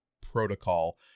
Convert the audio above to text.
protocol